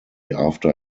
after